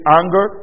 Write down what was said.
anger